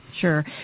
sure